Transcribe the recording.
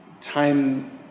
time